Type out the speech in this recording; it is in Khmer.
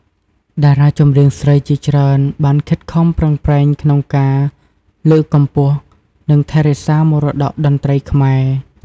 តារាចម្រៀងស្រីជាច្រើនបានខិតខំប្រឹងប្រែងក្នុងការ លើកកម្ពស់ និងថែរក្សាមរតកតន្ត្រីខ្មែរ។